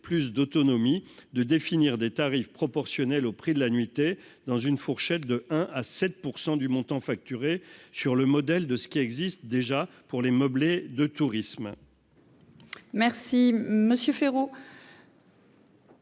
plus d'autonomie, de définir des tarifs proportionnel au prix de l'annuité dans une fourchette de 1 à 7 pour 100 du montant facturé sur le modèle de ce qui existe déjà pour les meublés de tourisme. Merci Monsieur Féraud.